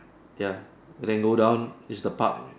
ya then go down is the pub